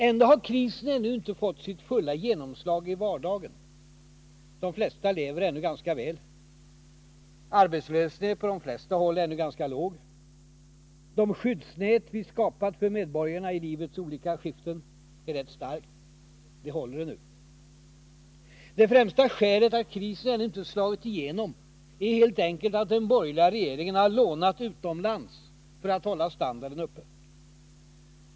Ändå har krisen ännu inte fått sitt fulla genomslag i vardagen. De flesta lever ännu ganska väl. Arbetslösheten är på de flesta håll ännu ganska låg. De skyddsnät som vi har skapat för medborgarna i livets olika skiften är rätt starka. De håller ännu. Det främsta skälet till att krisen ännu inte har slagit igenom är helt enkelt att den borgerliga regeringen har lånat utomlands för att hålla standarden uppe.